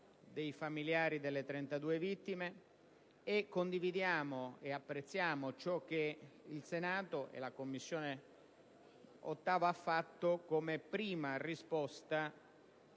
dei familiari delle 32 vittime. Condividiamo ed apprezziamo quanto il Senato e l'8a Commissione permanente hanno fatto come prima risposta,